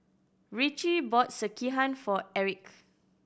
Ritchie bought Sekihan for Eric